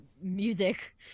music